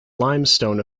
limestone